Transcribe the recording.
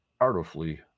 artfully